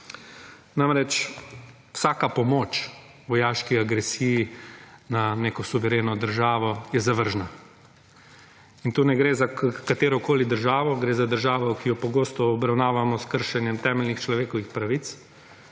Namreč vsaka pomoč vojaški agresiji na neko suvereno državo je zavržna. In tu ne gre za katerokoli državo, gre za državo, ki jo pogosto obravnavamo s kršenjem temeljnih človekovih pravic.